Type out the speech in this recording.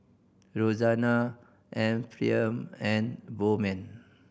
Roxana Ephriam and Bowman